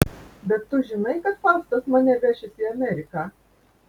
bet tu žinai kad faustas mane vešis į ameriką